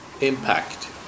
impact